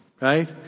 Right